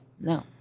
No